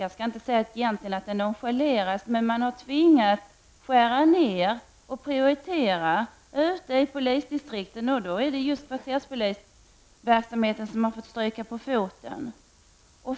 Egentligen nonchaleras inte denna verksamhet, men man har tvingats skära ned och prioritera i polisdistrikten. Då är det just kvarterspolisverksamheten som har fått stryka på foten.